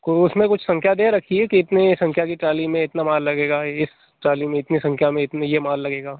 कोई उसमें कुछ संख्या दे रखी है कि इतनी संख्या की ट्राली में इतना माल लगेगा इस ट्राली में इतने संख्या में इतनी ये माल लगेगा